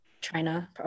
China